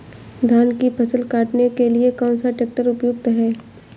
धान की फसल काटने के लिए कौन सा ट्रैक्टर उपयुक्त है?